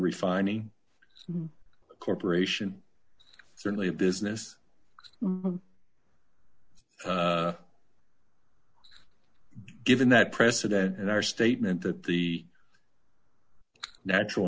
refining corporation certainly a business given that president in our statement that the natural